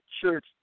church